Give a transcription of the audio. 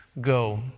Go